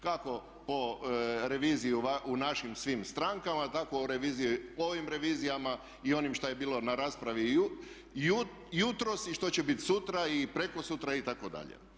Kako po reviziji u našim svim strankama tako u reviziji po ovim revizijama i onim šta je bilo na raspravi i jutros i što će biti sutra i prekosutra itd.